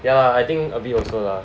ya I think a bit also lah